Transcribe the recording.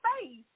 face